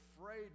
afraid